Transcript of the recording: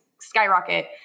skyrocket